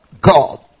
god